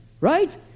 Right